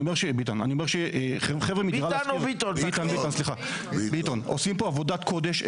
אני אומר שחברה מדירה להשכיר עושים פה עבודת קודש,